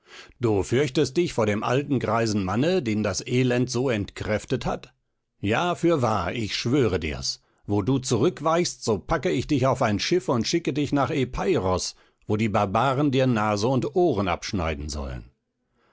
du fürchtest dich vor dem alten greisen manne den das elend so entkräftet hat ja fürwahr ich schwöre dir's wo du zurückweichst so packe ich dich auf ein schiff und schicke dich nach epeiros wo die barbaren dir nase und ohren abschneiden sollen